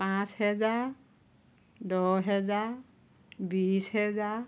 পাঁচ হেজাৰ দহ হেজাৰ বিছ হেজাৰ